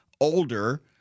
older